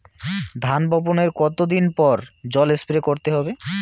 ধান বপনের কতদিন পরে জল স্প্রে করতে হবে?